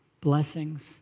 blessings